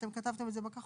אתם כתבתם את זה בכחול.